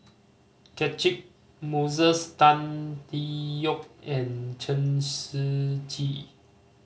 Catchick Moses Tan Tee Yoke and Chen Shiji